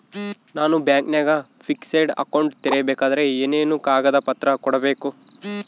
ನಾನು ಬ್ಯಾಂಕಿನಾಗ fixed account ತೆರಿಬೇಕಾದರೆ ಏನೇನು ಕಾಗದ ಪತ್ರ ಕೊಡ್ಬೇಕು?